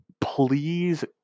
please